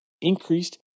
increased